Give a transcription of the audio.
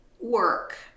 work